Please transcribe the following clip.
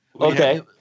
Okay